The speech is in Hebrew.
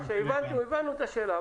הבנו את השאלה.